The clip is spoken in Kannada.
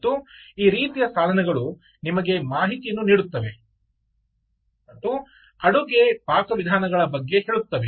ಮತ್ತು ಈ ರೀತಿಯ ಸಾಧನಗಳು ನಿಮಗೆ ಮಾಹಿತಿಯನ್ನು ನೀಡುತ್ತವೆ ಮತ್ತು ಅಡುಗೆ ಪಾಕವಿಧಾನಗಳ ಬಗ್ಗೆ ಹೇಳುತ್ತವೆ